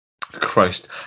Christ